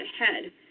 ahead